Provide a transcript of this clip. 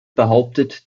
behauptet